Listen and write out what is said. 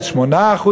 8%,